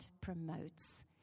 promotes